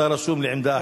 אתה רשום לעמדה אחרת.